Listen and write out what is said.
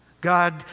God